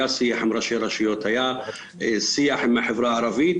היה שיח עם ראשי רשויות והחברה הערבית,